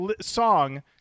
song